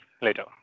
later